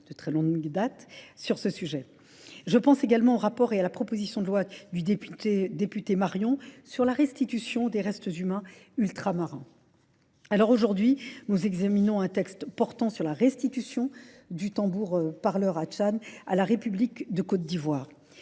de très longue date sur ce sujet. Je pense également au rapport et à la proposition de loi du député Marion sur la restitution des restes humains ultramarins. Alors aujourd'hui, nous examinons un texte portant sur la restitution du tambour parleur à Chan à la République de Côte d'Ivoire.